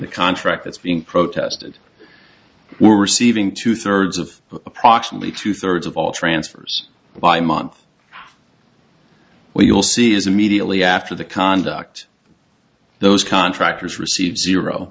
the contract that's being protested were receiving two thirds of approximately two thirds of all transfers by month well you'll see is immediately after the conduct those contractors receive zero